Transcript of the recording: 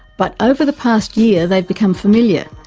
but over the past year they've become familiar,